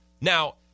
Now